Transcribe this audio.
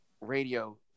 radio